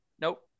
Nope